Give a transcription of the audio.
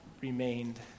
remained